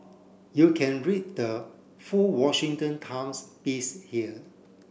you can read the full Washington Times piece here